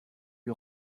lui